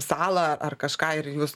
salą ar kažką ir jūs